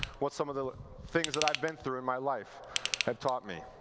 what some of the things that i've been through in my life have taught me.